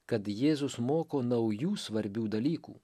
kad jėzus moko naujų svarbių dalykų